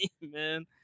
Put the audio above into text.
man